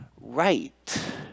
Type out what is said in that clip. right